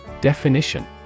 Definition